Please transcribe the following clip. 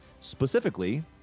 specifically